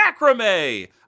macrame